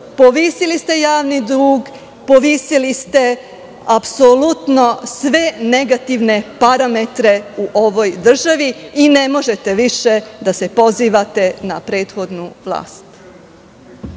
Povisili ste javni dug, povisili ste apsolutno sve negativne parametre u ovoj državi i ne možete više da se pozivate na prethodnu vlast.